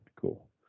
Cool